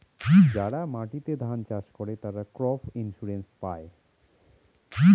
যারা মাটিতে ধান চাষ করে, তারা ক্রপ ইন্সুরেন্স পায়